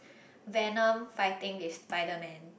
venom fighting with Spiderman